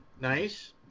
nice